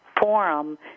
forum